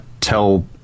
tell